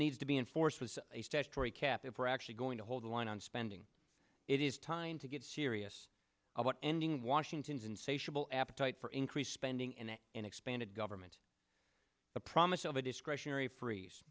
needs to be enforced was a statutory cap if we're actually going to hold the line on spending it is time to get serious about ending washington's insatiable appetite for increased spending and an expanded government the promise of a discretionary freeze